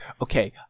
okay